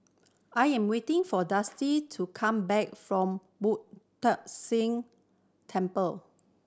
I am waiting for Dusty to come back from Boo Tong San Temple